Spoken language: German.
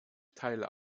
teile